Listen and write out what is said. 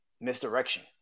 misdirection